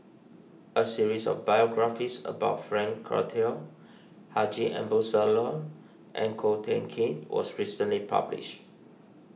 a series of biographies about Frank Cloutier Haji Ambo Sooloh and Ko Teck Kin was recently published